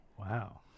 Wow